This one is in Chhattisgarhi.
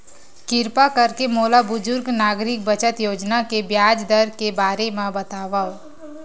किरपा करके मोला बुजुर्ग नागरिक बचत योजना के ब्याज दर के बारे मा बतावव